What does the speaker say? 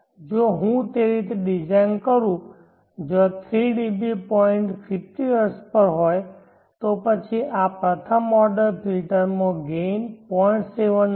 જો હું તે રીતે ડિઝાઇન કરું છું જ્યાં 3 dB પોઇન્ટ 50 હર્ટ્ઝ પર હોય તો પછી આ પ્રથમ ઓર્ડર ફિલ્ટરમાં ગેઇન 0